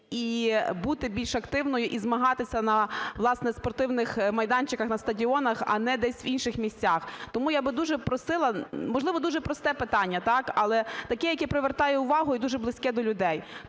і бути більш активною, і змагатися на, власне, спортивних майданчиках, на стадіонах, а не десь в інших місцях. Тому я би дуже просила, можливо, дуже просте питання, але яке привертає увагу і дуже близьке до людей.